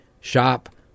shop